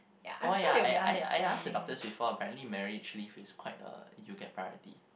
oh ya I I I ask the doctors before apparently marriage leave is quite a you'll get priority